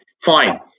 fine